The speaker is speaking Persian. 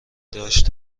داشت